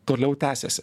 toliau tęsiasi